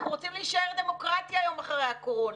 אנחנו רוצים להישאר דמוקרטיה יום אחרי הקורונה.